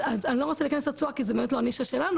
אני לא רוצה להיכנס לתשואה כי זו באמת לא הנישה שלנו,